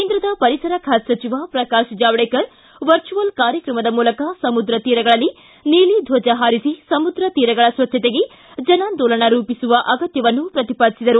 ಕೇಂದ್ರ ಪರಿಸರ ಖಾತೆ ಸಚಿವ ಪ್ರಕಾಶ್ ಜಾವಡೇಕರ್ ವರ್ಚುವಲ್ ಕಾರ್ಯಕ್ರಮದ ಮೂಲಕ ಸಮುದ್ರ ತೀರಗಳಲ್ಲಿ ನೀಲಿ ಧ್ವಜ ಹಾರಿಸಿ ಸಮುದ್ರ ತೀರಗಳ ಸ್ವಚ್ಛತೆಗೆ ಜನಾಂದೋಲನ ರೂಪಿಸುವ ಅಗತ್ಯವನ್ನು ಪ್ರತಿಪಾದಿಸಿದರು